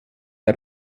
der